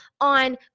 on